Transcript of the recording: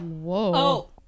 Whoa